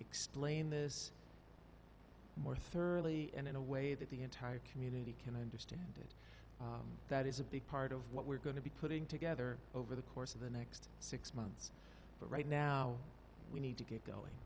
explain this more thoroughly and in a way that the entire community can understand that is a big part of what we're going to be putting together over the course of the next six months but right now we need to get going